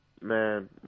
Man